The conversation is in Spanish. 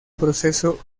proceso